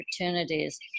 opportunities